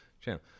channel